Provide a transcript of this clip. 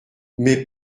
mais